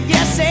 Yes